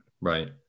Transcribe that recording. right